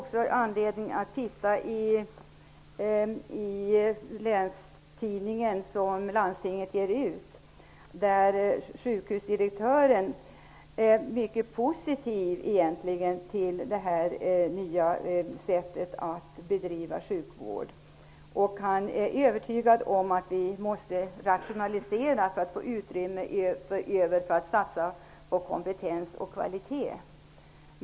I en artikel i den länstidning som landstinget ger ut är sjukhusdirektören egentligen mycket positivt inställd till det här nya sättet att bedriva sjukvård. Han är övertygad om att vi måste rationalisera för att få utrymme över för att satsa på kompetens och kvalitet.